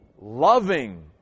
loving